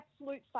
absolute